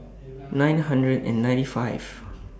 nine hundred and ninety five